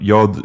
Jag